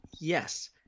Yes